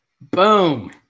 Boom